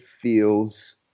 feels